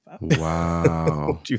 Wow